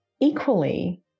Equally